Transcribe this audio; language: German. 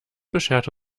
beschert